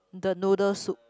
the noodle soup